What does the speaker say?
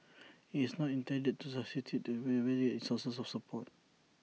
IT is not intended to substitute sources of support